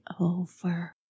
over